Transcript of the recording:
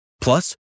Plus